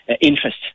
interest